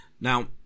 now